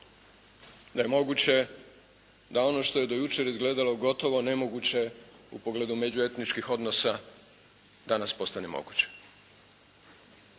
Da je moguće da ono što je do jučer izgledalo gotovo nemoguće u pogledu međuetničkih odnosa danas postane moguće.